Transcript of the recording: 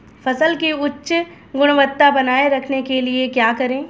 फसल की उच्च गुणवत्ता बनाए रखने के लिए क्या करें?